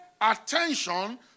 attention